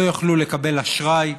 לא יוכלו לקבל אשראי,